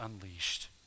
unleashed